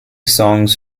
songs